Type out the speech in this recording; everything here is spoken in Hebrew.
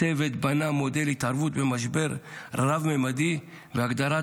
הצוות בנה מודל התערבות במשבר רב-ממדי והגדרת,